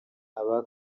aba